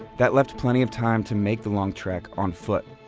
that left plenty of time to make the long trek on foot.